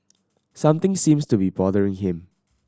something seems to be bothering him